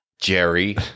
Jerry